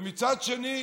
ומצד שני,